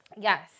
Yes